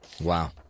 Wow